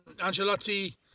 Angelotti